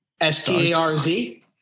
S-T-A-R-Z